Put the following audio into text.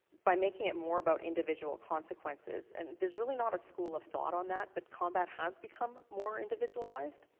by making it more about individual consequences, and there's really not a school of thought on that, but combat has become more individualized.